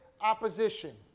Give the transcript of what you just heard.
opposition